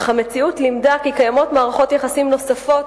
אך המציאות לימדה כי קיימות מערכות יחסים נוספות